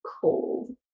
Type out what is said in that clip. cold